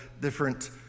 different